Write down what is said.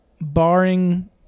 barring